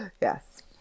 yes